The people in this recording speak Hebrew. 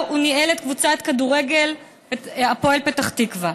הוא ניהל את קבוצת הכדורגל הפועל פתח תקווה.